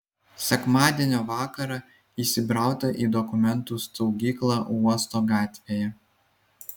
sekmadienio vakarą įsibrauta į dokumentų saugyklą uosto gatvėje